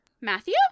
Matthew